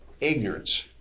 Ignorance